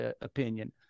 opinion